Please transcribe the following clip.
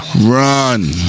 Run